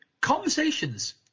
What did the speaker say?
Conversations